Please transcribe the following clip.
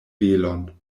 velon